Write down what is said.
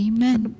Amen